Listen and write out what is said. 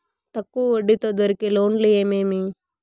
తక్కువ వడ్డీ తో దొరికే లోన్లు ఏమేమి